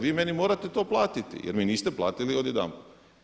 Vi meni morate to platiti, jer mi niste platili odjedanput.